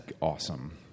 awesome